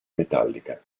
metallica